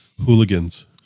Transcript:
hooligans